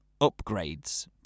upgrades